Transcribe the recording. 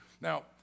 Now